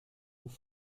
move